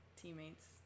teammates